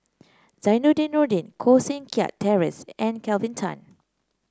Zainudin Nordin Koh Seng Kiat Terence and Kelvin Tan